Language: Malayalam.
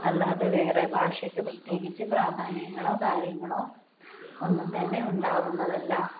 അല്ലാതെ വേറെ ഭാഷയ്ക്ക് പ്രത്യേകിച്ച് പ്രാധാന്യങ്ങളോ കാര്യങ്ങളോ ഒന്നും തന്നെ ഉണ്ടാകുന്നതല്ല